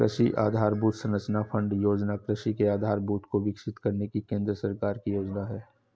कृषि आधरभूत संरचना फण्ड योजना कृषि के आधारभूत को विकसित करने की केंद्र सरकार की योजना है